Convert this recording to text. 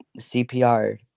CPR